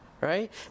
right